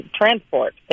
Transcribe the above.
transport